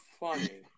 funny